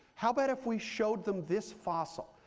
how about if we showed them this fossil?